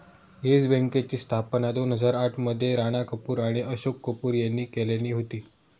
yes बँकेची स्थापना दोन हजार आठ मध्ये राणा कपूर आणि अशोक कपूर यांनी केल्यानी होती